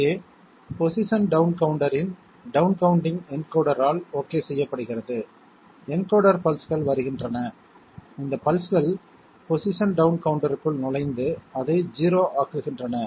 இங்கே position down கவுண்டரின் down counting என்கோடரால் ஓகே செய்யப்படுகிறது என்கோடர் பல்ஸ்கள் வருகின்றன இந்த பல்ஸ்கள் பொசிஷன் டவுன் கவுண்டருக்குள் நுழைந்து அதை 0 ஆக்குகின்றன